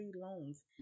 loans